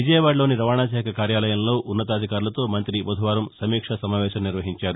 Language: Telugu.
విజయవాడలోని రవాణా శాఖ కార్యాలయంలో ఉన్నతాధికారులతో మంతి బుధవారం సమీక్ష సమావేశం నిర్వహించారు